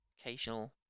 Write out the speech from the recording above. occasional